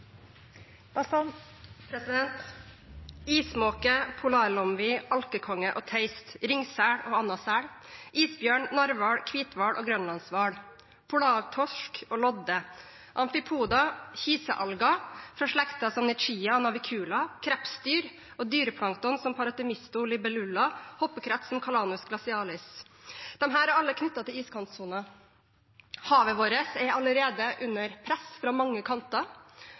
Ismåke, polarlomvi, alkekonge og teist, ringsel og annen sel, isbjørn, narhval, hvithval og grønlandshval, polartorsk og lodde, antipoder, kiselalger fra slekter som Nitzschia og Navicula, krepsdyr og dyreplankton som Parathemisto libellula, hoppekreps som Calanus glacialis: Alle disse er knyttet til iskantsonen. Havet vårt er allerede under press fra mange kanter,